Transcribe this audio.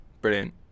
Brilliant